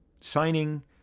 signing